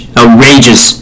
outrageous